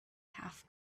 half